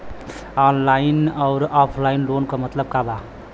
Online अउर offline loan क मतलब का बा?